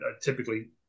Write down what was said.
typically